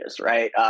right